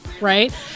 right